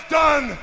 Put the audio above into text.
done